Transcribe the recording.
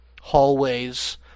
hallways